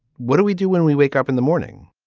what do we do when we wake up in the morning?